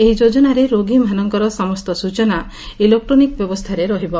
ଏହି ଯୋଜନାରେ ରୋଗୀମାନଙ୍କର ସମସ୍ତ ସ୍ଟଚନା ଇଲେକଟ୍ରୋନିକ ବ୍ୟବସ୍କାରେ ରହିବ